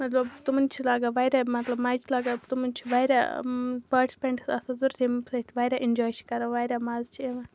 مطلب تِمَن چھِ لَگان واریاہ مَطلب مَزٕ چھِ لَگان تِمَن چھِ واریاہ پاٹسِپٮ۪نٛٹٕس آسان ضوٚرَتھ ییٚمہِ سۭتۍ واریاہ اٮ۪نٛجاے چھِ کَران واریاہ مَزٕ چھِ یِوان